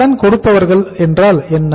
கடன் கொடுத்தவர்கள் என்றால் என்ன